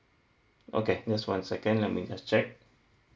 okay just one second let me just check